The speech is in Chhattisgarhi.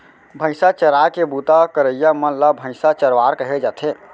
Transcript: भईंसा चराए के बूता करइया मन ल भईंसा चरवार कहे जाथे